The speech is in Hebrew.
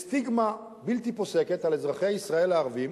סטיגמה בלתי פוסקת על אזרחי ישראל הערבים